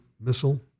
missile